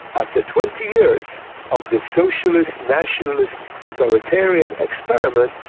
after twenty years of the socialist, nationalist authoritarian experiment,